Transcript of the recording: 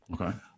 Okay